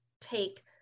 take